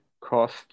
cost